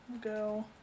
go